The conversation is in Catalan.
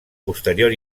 posterior